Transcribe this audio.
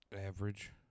Average